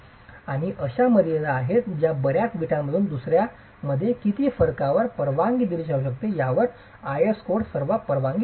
आणि अशा मर्यादा आहेत ज्या बर्याच वीटांमधून दुसर्यामध्ये किती फरकावर परवानगी दिली जाऊ शकते यावर कोड सहसा परवानगी देतात